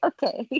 Okay